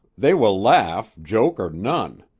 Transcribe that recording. they will laff, joke or none.